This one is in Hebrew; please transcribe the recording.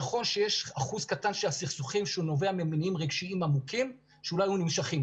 נכון שיש אחוז קטן שהסכסוך נובע ממניעים רגשיים עמוקים שאולי היה נמשך.